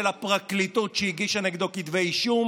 של הפרקליטות שהגישה נגדו כתבי אישום